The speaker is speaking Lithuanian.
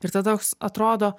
ir tada toks atrodo